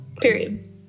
period